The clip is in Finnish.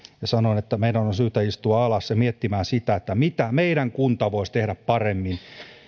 ja sanoin että meidän on syytä istua alas miettimään mitä meidän kunta voisi tehdä paremmin